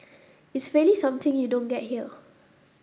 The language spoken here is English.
it's really something you don't get here